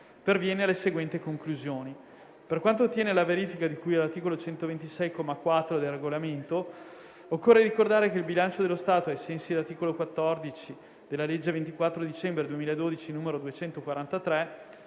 perviene alle seguenti conclusioni. Per quanto attiene alla verifica di cui all'articolo 126, comma 4, del Regolamento, occorre ricordare che il bilancio dello Stato, ai sensi dell'articolo 14 della legge 24 dicembre 2012, n. 243,